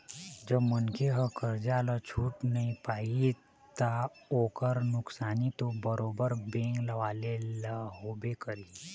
जब मनखे ह करजा ल छूट नइ पाही ता ओखर नुकसानी तो बरोबर बेंक वाले ल होबे करही